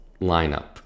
lineup